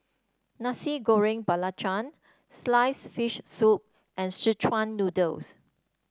Nasi Goreng Belacan sliced fish soup and Szechuan Noodles